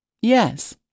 Yes